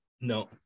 no